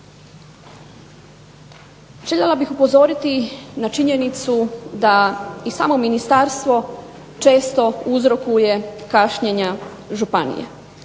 Željela bih upozoriti na činjenicu da i samo ministarstvo često uzrokuje kašnjenja županije.